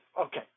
Okay